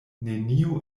neniu